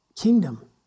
kingdom